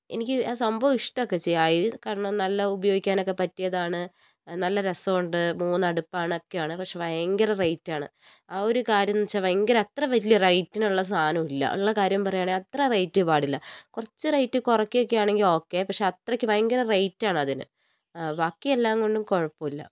എനിക്ക് ആ സംഭവം ഇഷ്ടട്ടമൊക്കെ ചെയ്തു ആയി കാരണം നല്ല ഉപയോഗിക്കാനൊക്കെ പറ്റിയതാണ് നല്ല രസമുണ്ട് മൂന്ന് അടുപ്പാണ് ഒക്കെയാണ് പക്ഷേ ഭയങ്കര റേറ്റാണ് ആ ഒരു കാര്യംന്ന് വെച്ചാൽ ഭയങ്കര അത്ര വലിയ റേറ്റിനുള്ള സാധനമല്ല ഉള്ള കാര്യം പറയാണെങ്കിൽ അത്ര റേറ്റ് പാടില്ല കുറച്ച് റേറ്റ് കുറയ്ക്കൊക്കെ ആണെങ്കിൽ ഓക്കേ പക്ഷേ അത്രയ്ക്ക് ഭയങ്കര റേറ്റാണ് അതിന് കുഴപ്പമില്ല